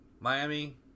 Miami